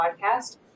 podcast